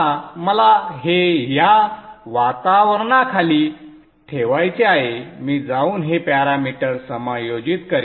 आता मला हे ह्या वातावरणाखाली ठेवायचे आहे मी जाऊन हे पॅरामीटर्स समायोजित करीन